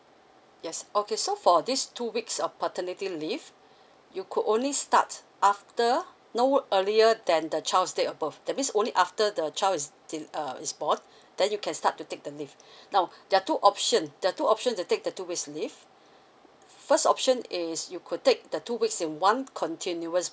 yes okay so for these two weeks of paternity leave you could only start after no earlier than the child's date of birth that means only after the child is in uh is born then you can start to take the leave now there are two option there are two option to take the two weeks leave first option is you could take the two weeks in one continuous